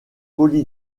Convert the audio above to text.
poli